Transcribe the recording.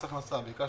אני מחדש